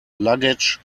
luggage